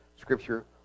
scripture